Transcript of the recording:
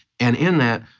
and in that,